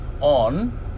on